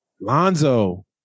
Lonzo